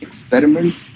experiments